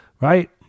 right